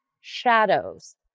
shadows